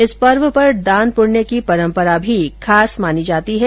इस पर्व पर दान पुण्य की परम्परा भी खास मानी जाती है